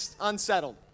unsettled